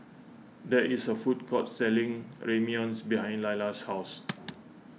there is a food court selling Ramyeon's behind Lalla's house